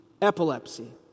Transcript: Epilepsy